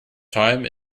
time